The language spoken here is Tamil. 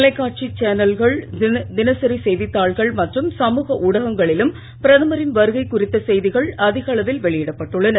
தொலைக்காட்சி சேனல்கள் தினசாி செய்தித்தாள்கள் மற்றும் சமூக ஊடகங்களிலும் பிரதமாின் வருகை குறித்த செய்திகள் அதிக அளவில் வெளியிடப்பட்டுள்ளன